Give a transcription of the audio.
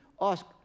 ask